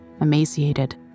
emaciated